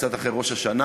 קצת אחרי ראש השנה,